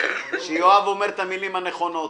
לבחון שיואב גפני אומר את המילים הנכונות?